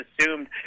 assumed